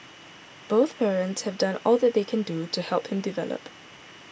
both parents have done all that they can do to help him develop